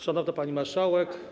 Szanowna Pani Marszałek!